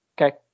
Okay